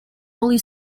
only